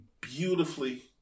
beautifully